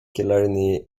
killarney